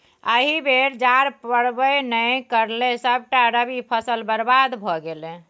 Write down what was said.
एहि बेर जाड़ पड़बै नै करलै सभटा रबी फसल बरबाद भए गेलै